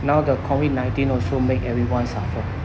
now the COVID nineteen also make everyone suffer